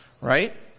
Right